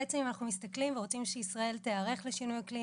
אם אנחנו בעצם רוצים שישראל תיערך לשינוי האקלים,